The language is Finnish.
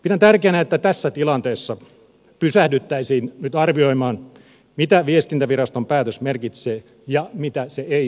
pidän tärkeänä että tässä tilanteessa pysähdyttäisiin nyt arvioimaan mitä viestintäviraston päätös merkitsee ja mitä se ei merkitse